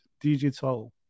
digital